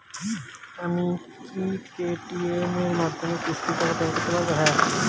আমি কি Paytm এর মাধ্যমে কিস্তির টাকা পেমেন্ট করতে পারব?